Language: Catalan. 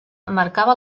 marcava